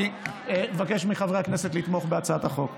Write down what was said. אני מבקש מחברי הכנסת לתמוך בהצעת החוק.